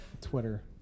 Twitter